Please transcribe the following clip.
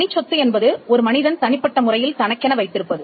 தனிச்சொத்து என்பது ஒரு மனிதன் தனிப்பட்டமுறையில் தனக்கென வைத்திருப்பது